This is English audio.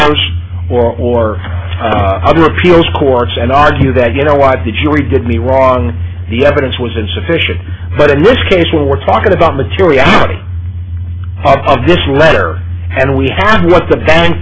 or other appeals courts and argue that you know why the jury did me wrong the evidence was insufficient but in this case where we're talking about materiality of this letter and we had what the bank